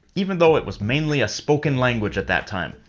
even though it was mainly a spoken language at that time.